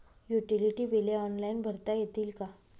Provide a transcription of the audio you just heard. Utility बिले online भरता येतील का?